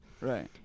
Right